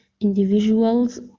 individual's